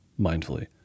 mindfully